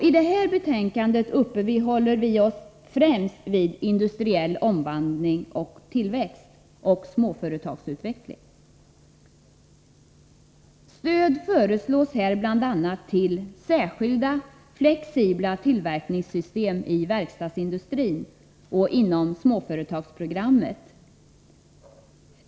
I detta betänkande uppehåller vi oss främst vid industriell omvandling och tillväxt samt småföretagsutveckling. Stöd föreslås här bl.a. till särskilda flexibla tillverkningssystem i verkstadsindustrin och inom småföretagsprogrammet.